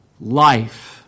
life